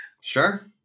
Sure